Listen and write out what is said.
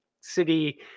city